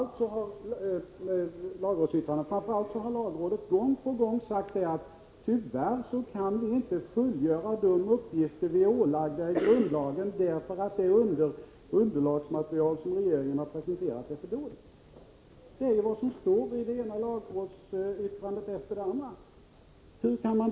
Lagrådet har gång på gång sagt sig icke kunna fullfölja de uppgifter som rådet är ålagda i grundlagen, därför att det underlagsmaterial som regeringen har presenterat är för dåligt. Det är vad som står i det ena lagrådsyttrandet efter det andra.